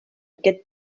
aquest